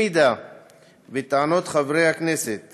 אם טענות חברי הכנסת